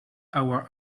our